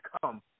come